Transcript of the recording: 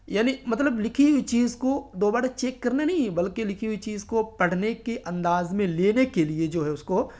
یعنی مطلب لکھی ہوئی چیز کو دوبارہ چیک کرنا نہیں ہے بلکہ لکھی ہوئی چیز کو پڑھنے کے انداز میں لینے کے لیے جو ہے اس کو